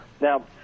Now